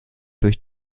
durch